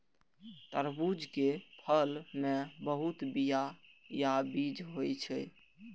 तरबूज के फल मे बहुत बीया या बीज होइ छै